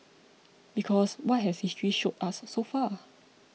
because what has history showed us so far